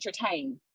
entertain